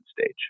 stage